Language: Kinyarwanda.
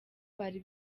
bari